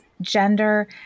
gender